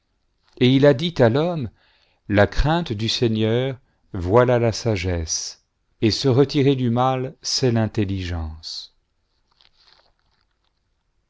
et il a dit à l'homme la crainte du seigneur voilà la sagesse et se retirer du mal c'est l'intelligence